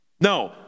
No